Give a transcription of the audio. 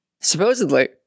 Supposedly